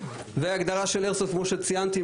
מאוד חשוב, כמו שציינתי,